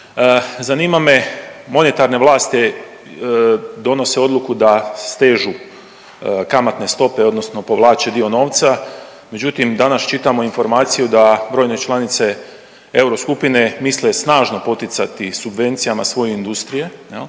zanima me monetarne vlasti donose odluku da stežu kamatne stope, odnosno povlače dio novca, međutim, danas čitamo informaciju da brojne članice Euroskupine misle snažno poticati subvencijama svoje industrije, je